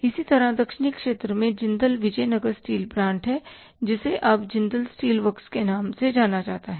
इसी तरह दक्षिणी क्षेत्र में जिंदल विजय नगर स्टील प्लांट है जिसे अब JSW जिंदल स्टील वर्क्स के नाम से जाना जाता है